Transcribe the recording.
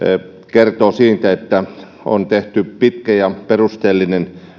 kertoo siitä että on tehty pitkä ja perusteellinen